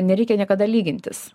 nereikia niekada lygintis